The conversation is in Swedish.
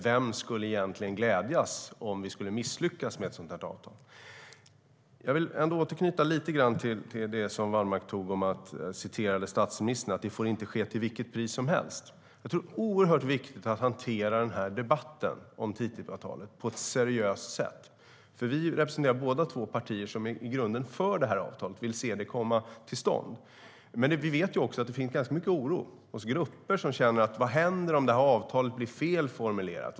Vem skulle egentligen glädjas om vi skulle misslyckas med ett sådant här avtal? Jag vill ändå återknyta lite grann till det som Wallmark sa när han citerade statsministern, att det inte får ske till vilket pris som helst. Jag tror att det är oerhört viktigt att hantera debatten om TTIP-avtalet på ett seriöst sätt. Vi representerar båda två partier som i grunden är för det här avtalet och vill se det komma till stånd. Men vi vet också att det finns ganska mycket oro hos grupper som undrar vad som händer om avtalet blir felformulerat.